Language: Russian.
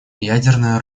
ядерное